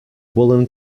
woollen